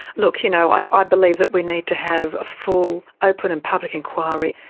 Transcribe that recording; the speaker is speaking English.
look, you know i ah i believe that we need to have a full open and public inquiry.